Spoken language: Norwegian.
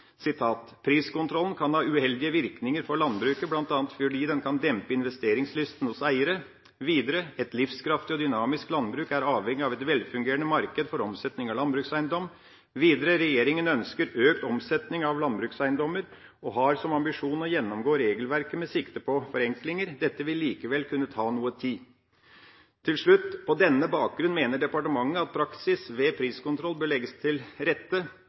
av priskontrollen» bl.a. heter: «Priskontrollen kan ha uheldige virkninger for landbruket, bl.a. fordi den kan dempe investeringslysten hos eierne.» Videre: «Et livskraftig og dynamisk landbruk er avhengig av et velfungerende marked for omsetning av landbrukseiendom.» Videre: «Regjeringen ønsker økt omsetning av landbrukseiendommer og har som ambisjon å gjennomgå regelverket med sikte på forenklinger. Dette vil likevel kunne ta noe tid.» Til slutt: «På denne bakgrunn mener departementet at praksis ved priskontroll bør legge til rette